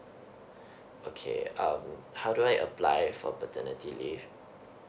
okay um how do I apply for paternity leave